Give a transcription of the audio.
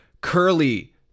curly